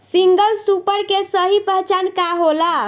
Single super के सही पहचान का होला?